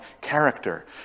character